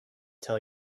tell